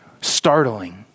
Startling